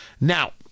Now